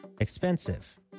expensive